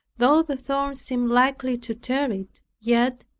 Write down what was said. though the thorns seemed likely to tear it, yet,